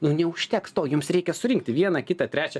nu neužteks to jums reikia surinkti vieną kitą trečią